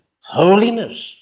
holiness